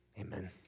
Amen